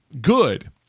good